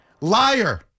Liar